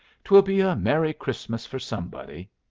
twill be a merry christmas for somebody.